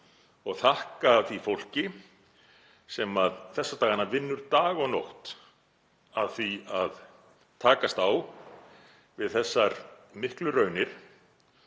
og þakka því fólki sem þessa dagana vinnur dag og nótt að því að takast á við þessar miklu raunir